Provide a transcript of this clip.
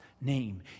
name